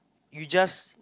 you just